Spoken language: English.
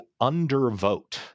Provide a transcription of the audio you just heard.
undervote